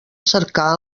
cercar